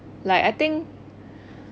like I think